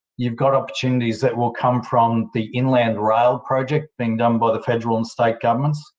you've got opportunities that will come from the inland rail project being done by the federal and state governments,